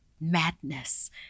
madness